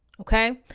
Okay